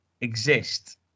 exist